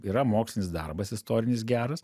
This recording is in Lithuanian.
yra mokslinis darbas istorinis geras